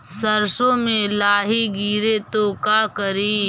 सरसो मे लाहि गिरे तो का करि?